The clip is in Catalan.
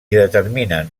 determinen